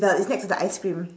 the it's next to the ice-cream